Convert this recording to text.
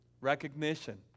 recognition